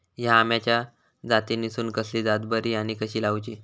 हया आम्याच्या जातीनिसून कसली जात बरी आनी कशी लाऊची?